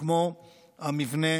כמו המבנה